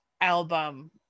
album